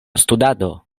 studado